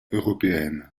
européenne